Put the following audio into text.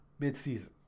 midseason